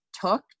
took